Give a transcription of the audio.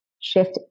shift